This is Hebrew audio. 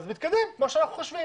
נתקדם כמו שאנחנו חושבים